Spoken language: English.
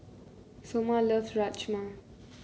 Sommer loves Rajma